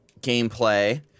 gameplay